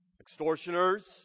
extortioners